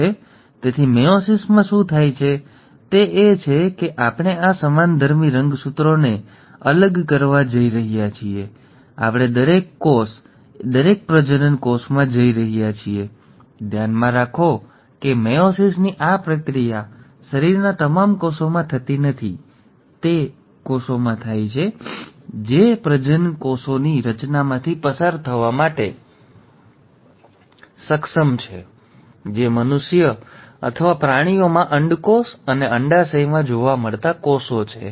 તેથી મેયોસિસ માં શું થાય છે તે એ છે કે આપણે આ સમાનધર્મી રંગસૂત્રોને અલગ કરવા જઈ રહ્યા છીએ અને આપણે દરેક કોષ દરેક પ્રજનન કોષમાં જઈ રહ્યા છીએ ધ્યાનમાં રાખો કે મેયોસિસની આ પ્રક્રિયા શરીરના તમામ કોષોમાં થતી નથી તે તે કોષોમાં થાય છે જે પ્રજનનકોષની રચનામાંથી પસાર થવા માટે સક્ષમ છે જે મનુષ્ય અથવા પ્રાણીઓમાં અંડકોષ અને અંડાશયમાં જોવા મળતા કોષો છે